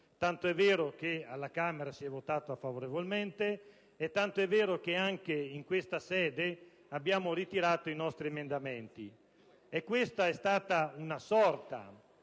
tanto è vero che alla Camera si è votato favorevolmente e che anche in questa sede abbiamo ritirato i nostri emendamenti. Questa è stata una sorta